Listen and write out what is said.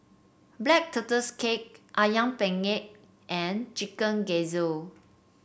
Black Tortoise Cake ayam penyet and Chicken Gizzard